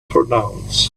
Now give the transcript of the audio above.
pronounce